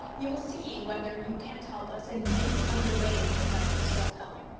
you will see whether you can't help us in many other ways besides tale-telling.